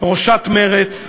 ראשת מרצ,